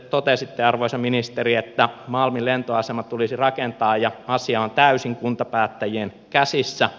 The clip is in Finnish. totesitte arvoisa ministeri että malmin lentoasema tulisi rakentaa ja asia on täysin kuntapäättäjien käsissä